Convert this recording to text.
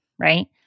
right